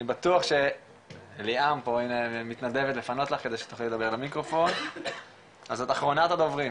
אחרונת הדוברים.